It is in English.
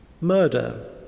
murder